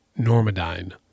Normadine